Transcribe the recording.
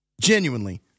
Genuinely